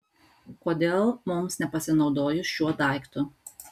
kodėl mums nepasinaudojus šiuo daiktu